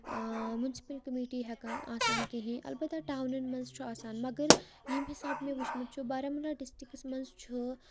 municipal committee ہیٚکان آسان کِہینۍ اَلبتہ ٹونن منٛز چھُ آسان مَگر ییٚمہِ حِسابہٕ مےٚ وُچھمُت چھُ بارہمولہ ڈِسٹرکس منٛز چھُ